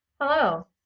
Hello